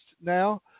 now